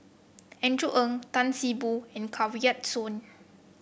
Andrew Ang Tan See Boo and Kanwaljit Soin